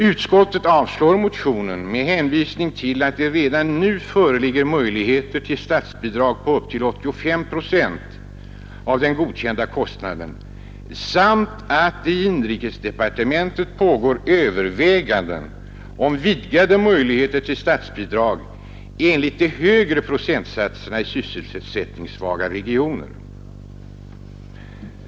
Utskottet avstyrker motionen med hänvisning till att det redan nu föreligger möjligheter till statsbidrag på upp till 85 procent av den godkända kostnaden samt att det i inrikesdepartementet pågår överväganden om vidgade möjligheter till statsbidrag enligt de högre procentsatserna i sysselsättningssvaga regioner.